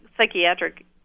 psychiatric